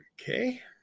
Okay